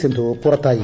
സിന്ധു പുറത്തായി